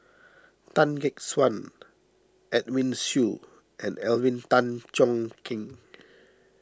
Tan Gek Suan Edwin Siew and Alvin Tan Cheong Kheng